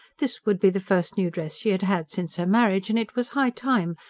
this would be the first new dress she had had since her marriage and it was high time,